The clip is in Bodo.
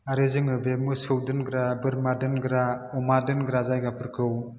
आरो जोङो बे मोसौ दोनग्रा बोरमा दोनग्रा अमा दोनग्रा जायगाफोरखौ